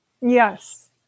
Yes